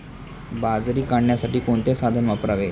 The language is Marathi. बाजरी काढण्यासाठी कोणते साधन वापरावे?